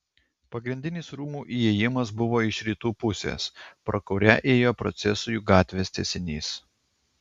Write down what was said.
pagrindinis rūmų įėjimas buvo iš rytų pusės pro kurią ėjo procesijų gatvės tęsinys